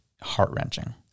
heart-wrenching